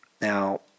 Now